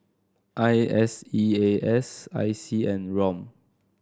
I S E A S I C and ROM